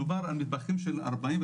מדובר על מטבחים של 40,